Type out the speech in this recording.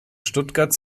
stuttgart